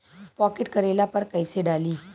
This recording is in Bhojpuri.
पॉकेट करेला पर कैसे डाली?